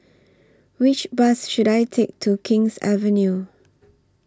Which Bus should I Take to King's Avenue